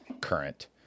current